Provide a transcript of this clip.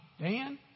Dan